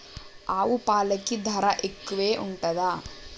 ఆవు పాలకి ధర ఎక్కువే ఉంటదా?